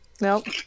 Nope